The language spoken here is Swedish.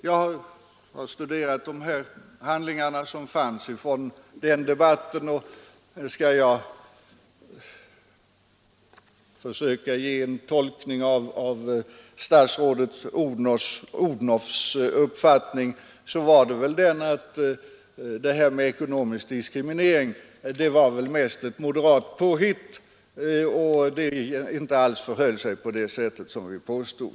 Jag har studerat handlingarna från den debatten, och skall jag försöka göra en tolkning av statsrådet Odhnoffs uppfattning så var den väl att det här med ekonomisk diskriminering var mest ett moderat påhitt — det förhöll sig inte alls som vi påstod.